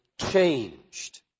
Changed